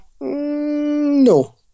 No